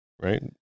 right